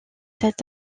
cet